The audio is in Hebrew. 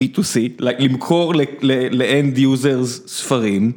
אי-טו-סי, למכור לאנד יוזרס ספרים